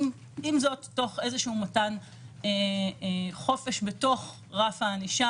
ועם זאת תוך מתן חופש בתוך רף הענישה